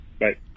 Right